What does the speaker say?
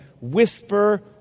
whisper